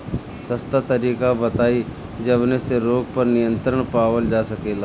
सस्ता तरीका बताई जवने से रोग पर नियंत्रण पावल जा सकेला?